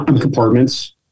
compartments